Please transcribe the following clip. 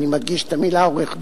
אני מדגיש את המלה "עורך-דין",